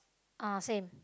uh same